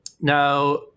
Now